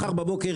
מחר בבוקר.